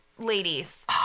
Ladies